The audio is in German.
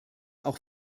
auch